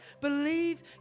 Believe